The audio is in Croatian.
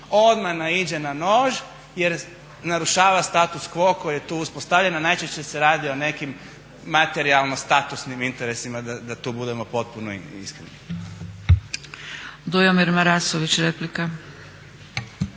odmah naiđe na nož jer narušava status quo koji je tu uspostavljen, a najčešće se radi o nekim materijalno statusnim interesima da tu budemo potpuno iskreni.